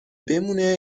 بمونه